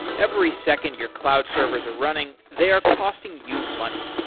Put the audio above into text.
every second your cloud servers are running, they are costing you money.